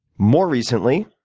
more recently,